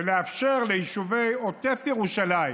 ולאפשר לתושבי עוטף ירושלים